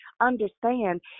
understand